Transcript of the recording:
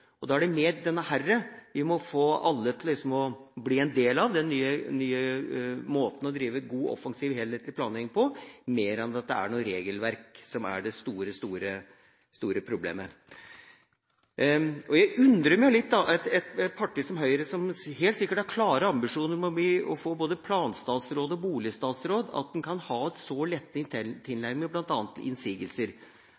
se. Da er det denne nye måten å drive god, offensiv og helhetlig planlegging på som vi må få alle til å bli en del av, mer enn at det er regelverket som er det store problemet. Jeg undrer meg litt over at et parti som Høyre, som helt sikkert har klare ambisjoner om å få både planstatsråd og boligstatsråd, kan ha en så lettvint tilnærming til bl.a. innsigelser. Vi kan diskutere om det er et